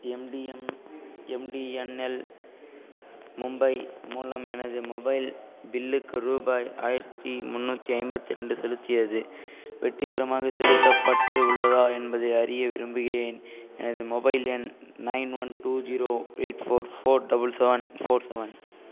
MTM MTNL Mumbai மூலம் எனது mobile பில்லுக்கு ரூபாய் ஆயிரத்து முந்நூறி ஐம்பத்து ரெண்டு செலுத்தியது வெற்றிகரமாக செலுத்தப்பட்டு உள்ளதா என்பதை அறிய விரும்புகிறேன் எனது மொபைல் எண் nine one two zero eight four four double seven four seven